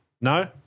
No